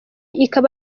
ikaba